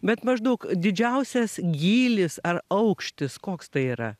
bet maždaug didžiausias gylis ar aukštis koks tai yra